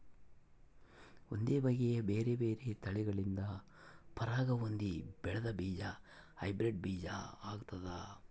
ಒಂದೇ ಬಗೆಯ ಬೇರೆ ಬೇರೆ ತಳಿಗಳಿಂದ ಪರಾಗ ಹೊಂದಿ ಬೆಳೆದ ಬೀಜ ಹೈಬ್ರಿಡ್ ಬೀಜ ಆಗ್ತಾದ